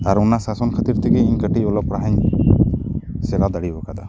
ᱟᱨ ᱚᱱᱟ ᱥᱟᱥᱚᱱ ᱠᱷᱟᱹᱛᱤᱨ ᱛᱮ ᱤᱧ ᱠᱟᱹᱴᱤᱡ ᱚᱞᱚᱜ ᱯᱟᱲᱦᱟᱜ ᱤᱧ ᱥᱮᱬᱟ ᱫᱟᱲᱮ ᱟᱠᱟᱫᱟ